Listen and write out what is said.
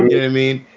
yeah mean,